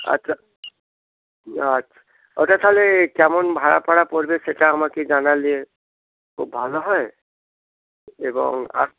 আচ্ছা আচ্ছা ওটা তাহলে কেমন ভাড়া ফাড়া পড়বে সেটা আমাকে জানালে খুব ভালো হয় এবং